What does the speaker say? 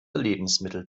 lebensmittel